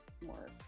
more